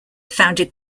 founded